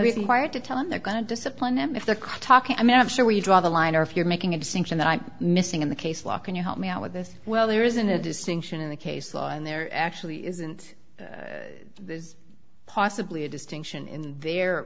required to tell them they're going to discipline them if they're caught talking i mean i'm sure where you draw the line or if you're making a distinction that i'm missing in the case law can you help me out with this well there isn't a distinction in the case law and there actually isn't there's possibly a distinction in their